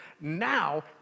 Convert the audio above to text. Now